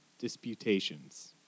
Disputations